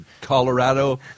Colorado